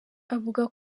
avuga